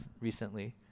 recently